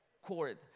cord